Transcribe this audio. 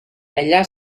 allà